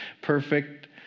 perfect